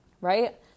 right